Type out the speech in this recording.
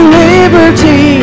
liberty